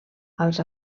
als